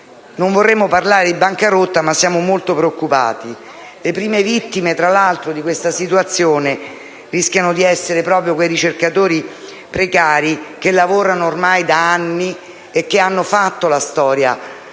Non vorremmo parlare di bancarotta, ma siamo molto preoccupati. Tra l'altro, le prime vittime di questa situazione rischiano di essere quei ricercatori precari che lavorano ormai da anni e che hanno fatto la storia